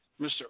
mr